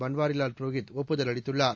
பன்வாரிவால் புரோஹித் ஒப்புதல் அளித்துள்ளார்